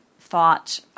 thought